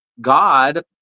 God